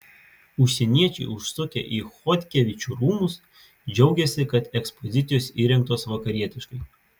užsieniečiai užsukę į chodkevičių rūmus džiaugiasi kad ekspozicijos įrengtos vakarietiškai